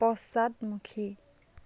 পশ্চাদমুখী